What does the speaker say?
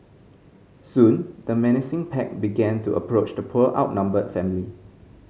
soon the menacing pack began to approach the poor outnumbered family